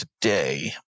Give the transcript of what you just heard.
today